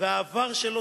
והעבר שלו,